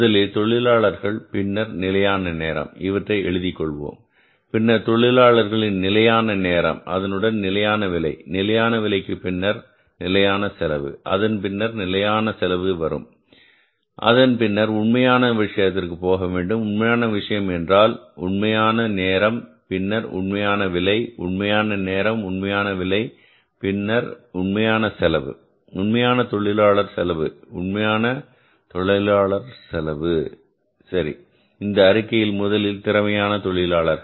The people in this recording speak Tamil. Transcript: முதலில் தொழிலாளர்கள் பின்னர் நிலையான நேரம் இவற்றை எழுதிக் கொள்வோம் பின்னர் தொழிலாளர்களின் நிலையான நேரம் அதனுடன் நிலையான விலை நிலையான விலைக்கு பின்னர் நிலையான செலவு அதன்பின்னர்தான் நிலையான செலவு வரும் அதன் பின்னர் உண்மையான விஷயத்திற்கு போக வேண்டும் உண்மையான விஷயம் என்றால் உண்மையான நேரம் பின்னர் உண்மையான விலை உண்மையான நேரம் உண்மையான விலை பின்னர் உண்மையான செலவு உண்மையான தொழிலாளர் செலவு உண்மையான செலவு சரி இந்த அறிக்கையில் முதலில் திறமையான தொழிலாளர்கள்